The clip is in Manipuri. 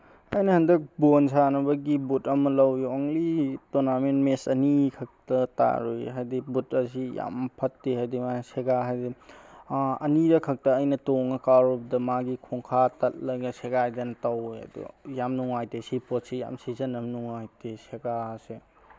ꯑꯩꯅ ꯍꯟꯗꯛ ꯕꯣꯟ ꯁꯥꯟꯅꯕꯒꯤ ꯕꯨꯠ ꯑꯃ ꯂꯧꯏ ꯑꯣꯡꯂꯤ ꯇꯣꯔꯅꯥꯃꯦꯟ ꯃꯦꯁ ꯑꯅꯤ ꯈꯛꯇ ꯇꯥꯔꯨꯏ ꯍꯥꯏꯗꯤ ꯕꯨꯠ ꯑꯁꯤ ꯌꯥꯝ ꯐꯠꯇꯦ ꯍꯥꯏꯕꯗꯤ ꯃꯥꯁꯤ ꯁꯦꯒꯥꯏ ꯍꯥꯏꯕꯗꯤ ꯑꯅꯤꯔꯛ ꯈꯛꯇ ꯑꯩꯅ ꯇꯣꯡꯉ ꯀꯥꯎꯔꯨꯕꯗ ꯃꯥꯒꯤ ꯈꯣꯡꯈꯥ ꯇꯠꯂꯒ ꯁꯦꯒꯥꯏꯗꯅ ꯇꯧꯏ ꯑꯗꯣ ꯌꯥꯝ ꯅꯨꯡꯉꯥꯏꯇꯦ ꯁꯤ ꯄꯣꯠꯁꯤ ꯌꯥꯝ ꯁꯤꯖꯤꯟꯅꯕ ꯅꯨꯡꯉꯥꯏꯇꯦ ꯁꯦꯒꯥ ꯑꯁꯦ